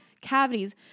cavities